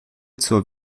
zur